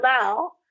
now